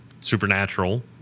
supernatural